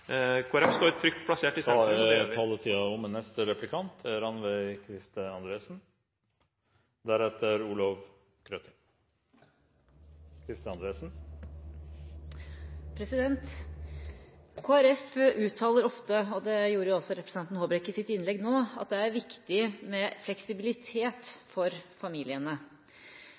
står trygt plassert … Taletiden er omme. Kristelig Folkeparti uttaler ofte – og det gjorde også representanten Håbrekke i sitt innlegg nå – at det er viktig med fleksibilitet for familiene.